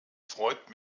freut